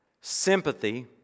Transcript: sympathy